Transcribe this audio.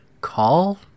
call